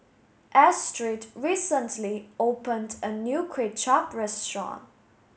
Astrid recently opened a new Kuay Chap restaurant